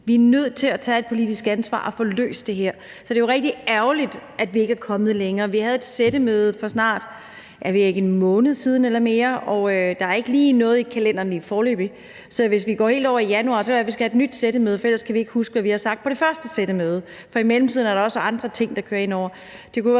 Vi er nødt til at tage et politisk ansvar og få løst det her. Så det er jo rigtig ærgerligt, at vi ikke er kommet længere. Vi havde et sættemøde for snart – ja, jeg ved ikke – en måned siden eller mere, og der er ikke noget i kalenderen lige foreløbig. Så hvis vi kommer helt over i januar, kan det være, vi skal have et nyt sættemøde, for ellers kan vi ikke huske, hvad vi har sagt på det første sættemøde, fordi der i mellemtiden også er andre ting, der kører indover.